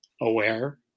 aware